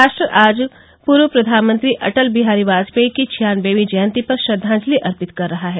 राष्ट्र आज पूर्व प्रधानमंत्री अटल बिहारी वाजपेयी की छियानबेवीं जयंती पर श्रद्वांजलि अर्पित कर रहा है